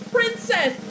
Princess